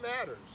matters